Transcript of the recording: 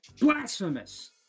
Blasphemous